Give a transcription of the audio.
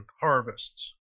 harvests